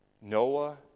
Noah